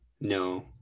No